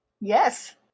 yes